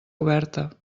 oberta